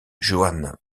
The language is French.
johan